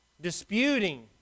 disputing